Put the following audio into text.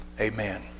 Amen